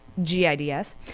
GIDS